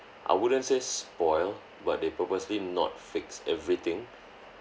I wouldn't say spoil but they purposely not fix everything